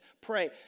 Pray